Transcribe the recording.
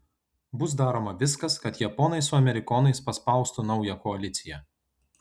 bus daroma viskas kad japonai su amerikonais paspaustų naują koaliciją